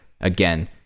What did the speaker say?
again